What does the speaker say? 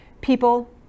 People